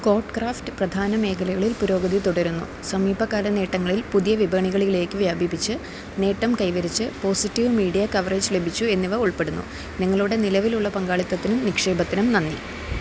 code Craft പ്രധാന മേഖലകളിൽ പുരോഗതി തുടരുന്നു സമീപകാല നേട്ടങ്ങളിൽ പുതിയ വിപണികളിലേയ്ക്ക് വ്യാപിപ്പിച്ച് നേട്ടം കൈവരിച്ച് പോസിറ്റീവ് മീഡിയ കവറേജ് ലഭിച്ചു എന്നിവ ഉൾപ്പെടുന്നു നിങ്ങളുടെ നിലവിലുള്ള പങ്കാളിത്തത്തിനും നിക്ഷേപത്തിനും നന്ദി